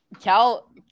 Cal